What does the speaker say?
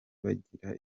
bagira